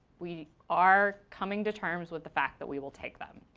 we are coming to terms with the fact that we will take them.